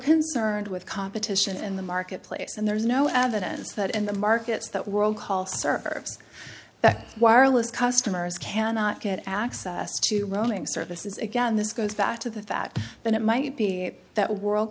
concerned with competition in the marketplace and there is no evidence that in the markets that world call serves that wireless customers cannot get access to roaming services again this goes back to the fact that it might be that world